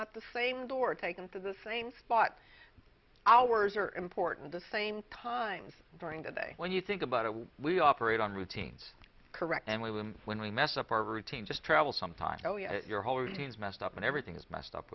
out the same door taken to the same spot hours are important the same times during the day when you think about it we operate on routines correct and we win when we mess up our routine just travel sometimes your whole routine is messed up and everything is messed up